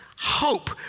hope